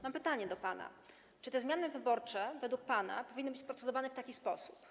Mam pytanie do pana: Czy te zmiany wyborcze według pana powinny być procedowane w taki sposób?